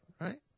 Right